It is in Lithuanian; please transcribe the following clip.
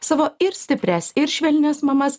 savo ir stiprias ir švelnias mamas